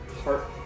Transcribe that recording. heart